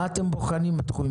מה אתם בוחנים בתחום?